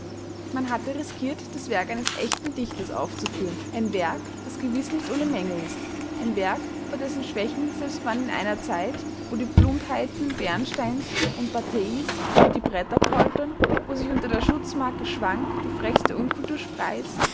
man hatte riskiert das werk eines echten dichters aufzuführen ein werk das gewiß nicht ohne mängel ist ein werk vor dessen schwächen selbst man in einer zeit wo die plumpheiten bernsteins und batailles über die bretter poltern wo sich unter der schutzmarke schwank die frechste unkultur spreizt